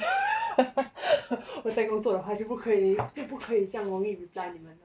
我在工作的话就不可以就不可以这样容易 reply 你们的